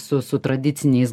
su su tradiciniais